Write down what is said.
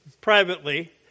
privately